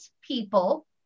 people